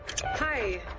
Hi